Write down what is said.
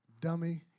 dummy